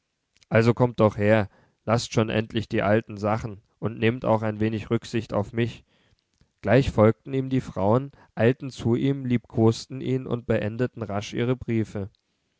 also kommt doch her laßt schon endlich die alten sachen und nehmt auch ein wenig rücksicht auf mich gleich folgten ihm die frauen eilten zu ihm liebkosten ihn und beendeten rasch ihre briefe